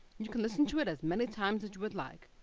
you can listen to it as many times as you would like.